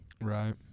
Right